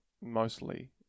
mostly